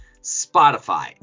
Spotify